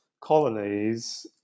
colonies